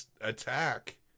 attack